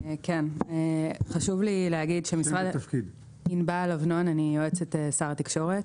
אני יועצת שר התקשורת.